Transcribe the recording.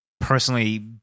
personally